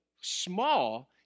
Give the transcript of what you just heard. small